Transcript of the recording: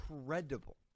incredible